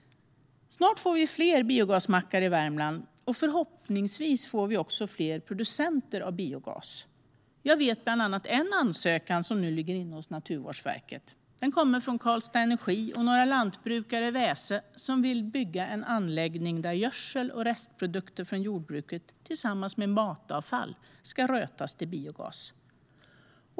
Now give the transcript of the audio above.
Snart får vi fler biogasmackar i Värmland, och förhoppningsvis får vi också fler producenter av biogas. Jag vet bland annat en ansökan som nu ligger inne hos Naturvårdsverket. Den kommer från Karlstads Energi och några lantbrukare i Väse som vill bygga en anläggning där gödsel och restprodukter från jordbruket tillsammans med matavfall ska rötas till biogas.